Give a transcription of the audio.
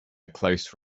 close